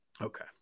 Okay